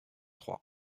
trois